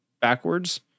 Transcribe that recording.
backwards